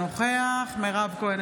אינו נוכח מירב כהן,